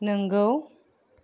नोंगौ